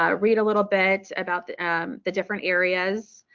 ah read a little bit about the um the different areas,